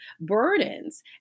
burdens